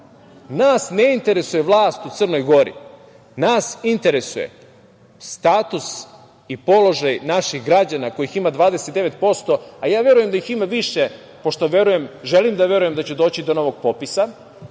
Nas ne interesuje vlast u Crnoj Gori. Nas interesuje status i položaj naših građana, kojih ima 29%, a ja verujem da ih ima i više, pošto želim da verujem da će doći do novog popisa,